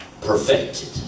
Perfected